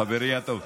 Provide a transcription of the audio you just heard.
חברי הטוב,